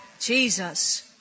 Jesus